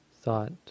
thought